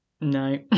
no